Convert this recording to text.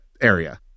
area